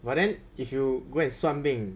but then if you go and 算命